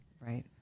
Right